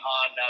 on